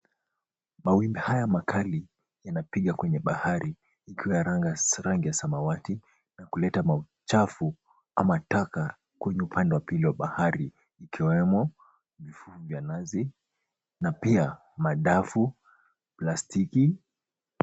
Mawimbi haya makali inapiga kwenye bahari ikiwa rangi ya samawati na kuleta uchafu ama taka kwenye upande wa pili wa bahari ikiwemo vifuvu vya nazi na pia madafu, plastiki .